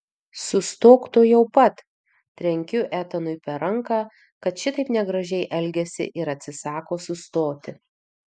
sustok tuojau pat trenkiu etanui per ranką kad šitaip negražiai elgiasi ir atsisako sustoti